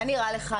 מה נראה לך?